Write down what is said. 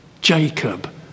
Jacob